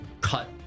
cut